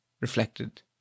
reflected